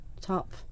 top